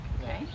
Okay